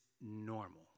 normal